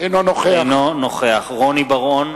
אינו נוכח רוני בר-און,